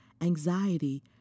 anxiety